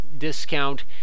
discount